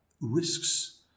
risks